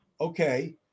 Okay